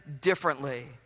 differently